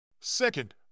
Second